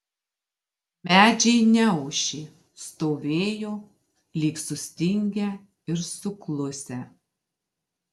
medžiai neošė stovėjo lyg sustingę ir suklusę